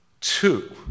Two